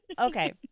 Okay